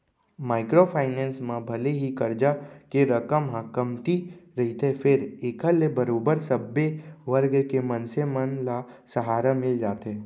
micro finance म भले ही करजा के रकम ह कमती रहिथे फेर एखर ले बरोबर सब्बे वर्ग के मनसे मन ल सहारा मिल जाथे